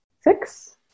six